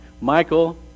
Michael